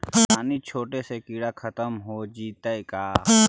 बानि छिटे से किड़ा खत्म हो जितै का?